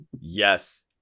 Yes